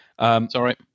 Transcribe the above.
Sorry